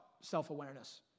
self-awareness